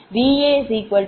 VaVa1Va2Va0 இது சமன்பாடு 5